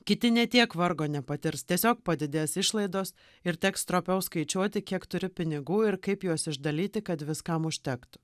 kiti ne tiek vargo nepatirs tiesiog padidės išlaidos ir teks stropiau skaičiuoti kiek turi pinigų ir kaip juos išdalyti kad viskam užtektų